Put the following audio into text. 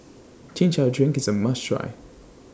Chin Chow Drink IS A must Try